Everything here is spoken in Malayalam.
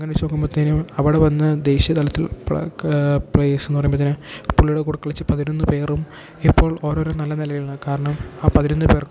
അങ്ങനെ വച്ച് നോക്കുമ്പോഴ്ത്തേനും അവിടെ വന്ന് ദേശീയ തലത്തിൽ പ്ലെ ക് പ്ലയേഴ്സ്ന്ന് പറയുമ്പോഴ്ത്തേനും പുള്ളിടെ കൂടെ കളിച്ച് പതിനൊന്ന് പേരും ഇപ്പോൾ ഓരോരോ നല്ല നിലയിലാണ് കാരണം ആ പതിനൊന്ന് പേർക്കും